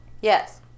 Yes